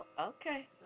okay